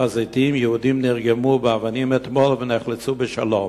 בהר-הזיתים יהודים נרגמו באבנים אתמול ונחלצו בשלום.